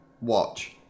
watch